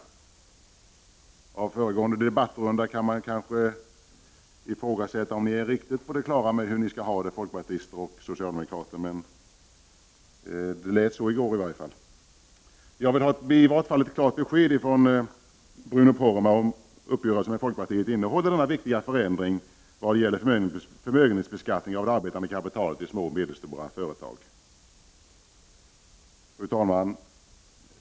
Med ledning av föregående debattrunda kan man kanske ifrågasätta om ni, folkpartister och socialdemokrater, är riktigt på det klara med hur ni skall ha det, men det lät i varje fall så i går. Jag vill i varje fall ha ett klart besked av Bruno Poromaa, om uppgörelsen med folkpartiet innehåller denna viktiga förändring när det gäller förmögenhetsbeskattningen av det arbetande kapitalet i små och medelstora företag. Fru talman!